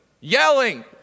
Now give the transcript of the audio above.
yelling